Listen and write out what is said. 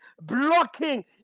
blocking